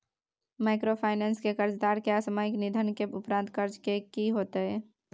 Microfinance के कर्जदार के असामयिक निधन के उपरांत कर्ज के की होतै?